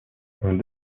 ont